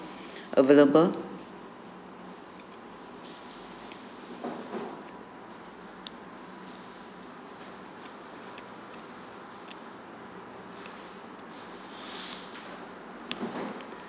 available